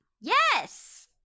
Yes